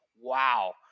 wow